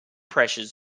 pressures